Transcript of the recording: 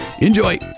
Enjoy